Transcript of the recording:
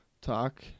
talk